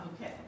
Okay